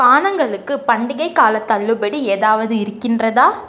பானங்களுக்கு பண்டிகைக் காலத் தள்ளுபடி எதாவது இருக்கின்றதா